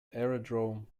aerodrome